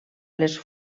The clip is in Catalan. les